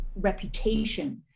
reputation